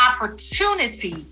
opportunity